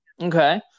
Okay